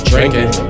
Drinking